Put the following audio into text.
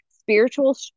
Spiritual